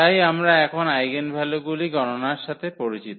তাই আমরা এখন আইগেনভ্যালুগুলি গণনার সাথে পরিচিত